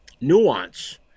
nuance